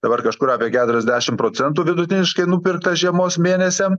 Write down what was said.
dabar kažkur apie keturiasdešim procnetų vidutiniškai nupirkta žiemos mėnesiam